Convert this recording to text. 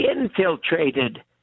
infiltrated